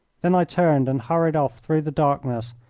then i turned and hurried off through the darkness,